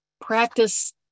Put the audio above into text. practice